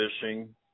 fishing